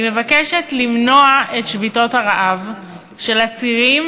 מבקשת למנוע את שביתות הרעב של עצירים